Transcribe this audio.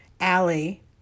Allie